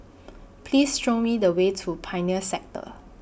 Please Show Me The Way to Pioneer Sector